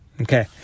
Okay